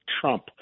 Trump